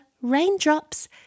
raindrops